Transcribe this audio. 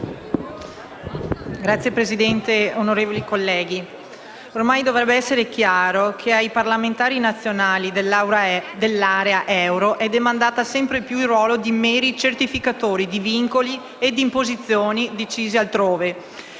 Signora Presidente, onorevoli colleghi, ormai dovrebbe essere chiaro che ai parlamentari nazionali dell'area euro è demandato sempre di più il ruolo di meri certificatori di vincoli e imposizioni decisi altrove.